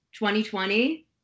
2020